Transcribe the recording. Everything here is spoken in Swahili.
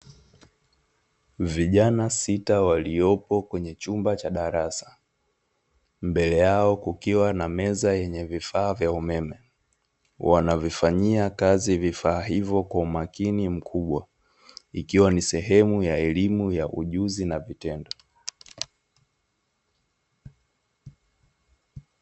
Vijana sita waliopo kweye chumba cha darasa, mbele yao kukiwa na meza yenye vifaa vya umeme. Wanavifanyia kazi vifaa hivyo kwa umakini mkubwa, ikiwa ni sehemu ya elimu ya ujuzi na vitendo.